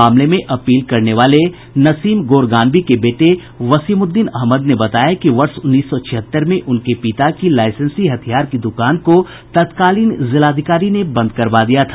मामले में अपील करने वाले नसीम गोरगानवी के बेटे वसीमुद्दीन अहमद ने बताया कि वर्ष उन्नीस सौ छिहत्तर में उनके पिता की लाईसेंसी हथियार की दुकान को तत्कालीन जिलाधिकारी ने बंद करवा दिया था